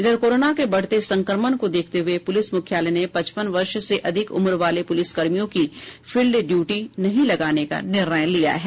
इधर कोरोना के बढ़ते संक्रमण को देखते हुये पुलिस मुख्यालय ने पचपन वर्ष से अधिक उम्र वाले पुलिसकर्मियों की फील्ड ड्यूटी नहीं लगाने का निर्णया लिया है